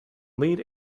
lead